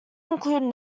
included